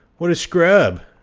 what a scrub!